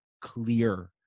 clear